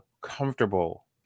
comfortable